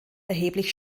erheblich